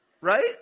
Right